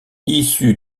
issue